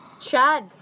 Chad